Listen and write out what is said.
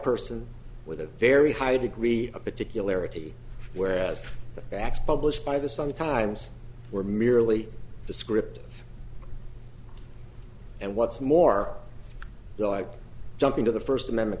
person with a very high degree of particularities whereas facts published by the sun times were merely descriptive and what's more like jumping to the first amendment